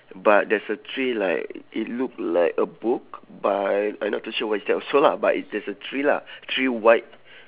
but there's a three like it look like a book but I not too sure what is that also lah but it there's a three lah three white